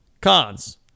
Cons